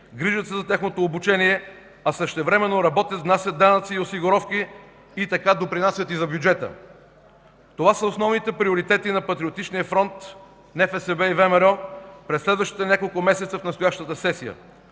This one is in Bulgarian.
грижат се за тяхното обучение, а същевременно работят, внасят данъци и осигуровки и така допринасят и за бюджета. Това са основните приоритети на Патриотичния фронт – НФСБ и ВМРО, през следващите няколко месеца в настоящата сесия.